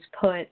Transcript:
put